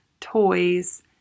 toys